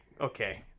okay